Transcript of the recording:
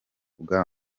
bwa